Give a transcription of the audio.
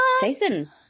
Jason